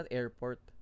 airport